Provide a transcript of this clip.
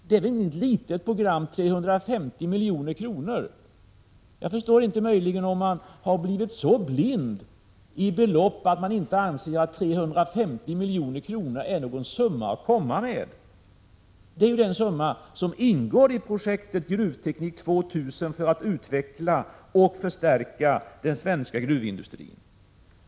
Det är inget litet program — 350 milj.kr. Jag förstår inte om man har blivit så blind beträffande beloppen att man inte anser att 350 milj.kr. är någon summa att komma med. Det är ju den summa som ingår i projektet Gruvteknik 2000 för att utveckla och förstärka den svenska gruvindustrin.